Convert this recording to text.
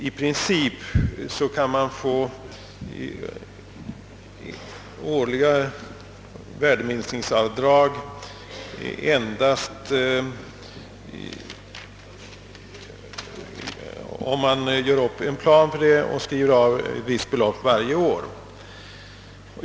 I princip får man göra årliga värdeminskningsavdrag endast om man gör upp en plan och avskriver ett visst belopp varje år.